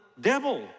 devil